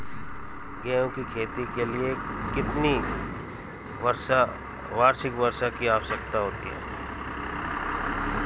गेहूँ की खेती के लिए कितनी वार्षिक वर्षा की आवश्यकता होती है?